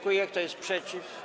Kto jest przeciw?